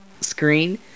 screen